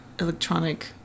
electronic